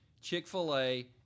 Chick-fil-A